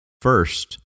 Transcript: first